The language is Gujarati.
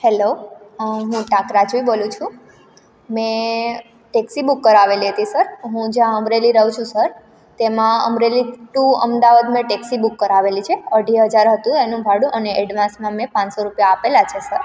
હેલો હું ટાંક રાજવી બોલું છું મેં ટેક્સી બુક કરાવેલી હતી સર હું જયાં અમરેલી રહું છું સર તેમાં અમરેલી ટુ અમદાવાદ મેં ટેક્સી બુક કરાવેલી છે અઢી હજાર હતું એનું ભાડુ અને એડવાન્સમાં મે પાંચસો રૂપિયા આપેલા છે સર